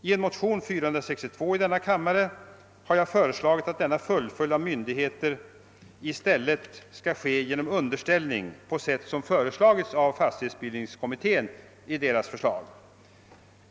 I motion II: 462 har jag föreslagit att denna fullföljd av myndigheter i stället skall ske genom underställning på det sätt som föreslagits av fastighetsbildningskommittén.